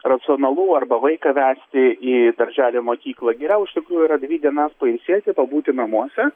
racionalu arba vaiką vesti į darželį ar mokyklą geriau iš tikrųjų yra dvi dienas pailsėti pabūti namuose